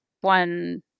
One